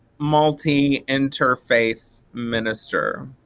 multi-interfaith minister.